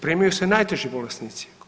Primaju se najteži bolesnici.